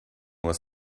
was